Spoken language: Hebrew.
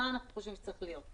מה אנחנו חושבים שצריך להיות.